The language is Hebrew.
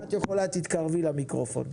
אם את יכולה, תתקרבי למיקרופון.